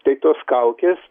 tai tos kaukės